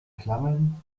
klammern